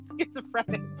schizophrenic